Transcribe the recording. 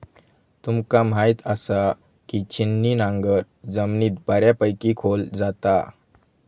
तुमका म्हायत आसा, की छिन्नी नांगर जमिनीत बऱ्यापैकी खोल जाता